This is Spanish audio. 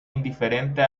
indiferente